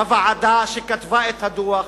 בוועדה שכתבה את הדוח,